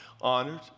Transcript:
honored